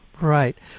Right